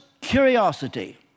curiosity